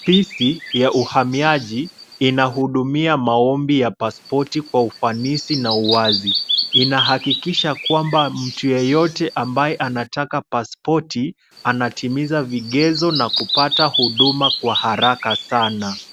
Ofisi ya uhamiaji inahudumia maombi ya pasipoti kwa ufanisi na uwazi. Inahakikisha kwamba mtu yeyote ambaye anataka pasipoti anatimiza vigezo na kupata huduma kwa haraka sana.